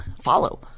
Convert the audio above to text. follow